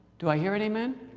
do i hear an amen?